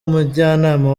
umujyanama